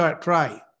try